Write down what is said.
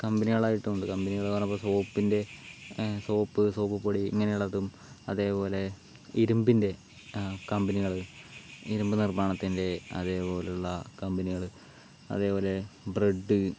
കമ്പനികളായിട്ടുമുണ്ട് കമ്പനികളെന്ന് പറയുമ്പോൾ സോപ്പിന്റെ സോപ്പ് സോപ്പുപൊടി ഇങ്ങനെയുള്ളതും അതേപോലെ ഇരുമ്പിന്റെ കമ്പനികള് ഇരുമ്പ് നിർമ്മാണത്തിന്റെ അതേപോലുള്ള കമ്പനികള് അതേപോലെ ബ്രഡ്